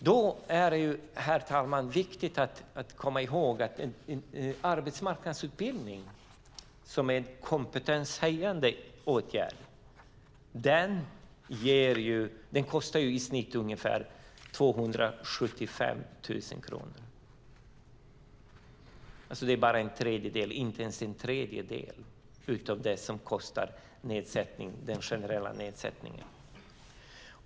Då är det, herr talman, viktigt att komma ihåg att en arbetsmarknadsutbildning som är en kompetenshöjande åtgärd kostar i snitt ungefär 275 000 kronor, alltså inte ens en tredjedel av kostnaden för den generella nedsättningen.